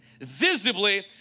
visibly